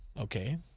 okay